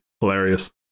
Hilarious